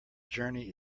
journey